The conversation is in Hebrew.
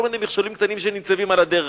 כל מיני מכשולים קטנים שניצבים על הדרך,